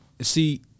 see